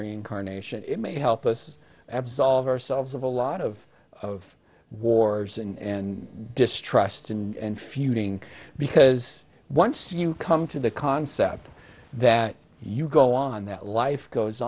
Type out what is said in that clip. reincarnation it may help us absolve ourselves of a lot of of wars and distrust and feuding because once you come to the concept that you go on that life goes